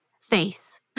face